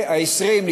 העשרים,